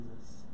Jesus